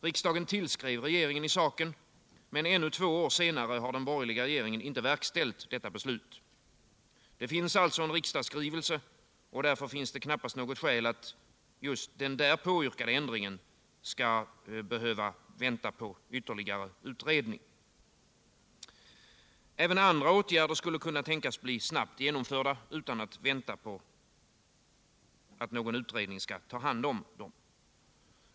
Riksdagen tillskrev regeringen i saken, men ännu två år senare har den borgerliga regeringen inte verkställt detta beslut. Det finns alltså en riksdagsskrivelse, och därför finns det knappast något skäl att just den där påyrkade ändringen skall behöva vänta på ytterligare utredning. Även andra åtgärder skulle kunna tänkas bli snabbt genomförda utan väntan på utredning.